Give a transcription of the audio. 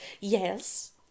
Yes